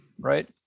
Right